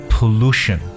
Pollution